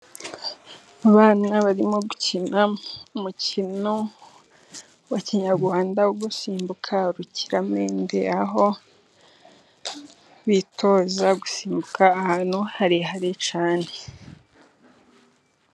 Abana barimo gukina umukino wa kinyarwanda wo gusimbuka urukiramende, aho bitoza gusimbuka ahantu harehare cyane.